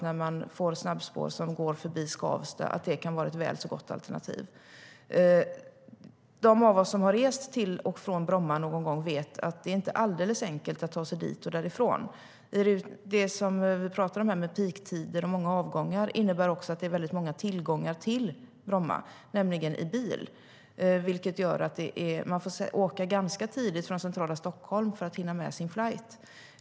När man får snabbspår som går förbi Skavsta kan det också vara ett väl så bra alternativ.De av oss som har rest till och från Bromma någon gång vet att det inte är alldeles enkelt att ta sig dit och därifrån. Peaktider och många avgångar som vi talar om här innebär också att det blir många resor till Bromma i bil, vilket gör att man måste åka ganska tidigt från centrala Stockholm för att hinna med sin flight.